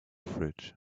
fridge